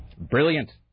Brilliant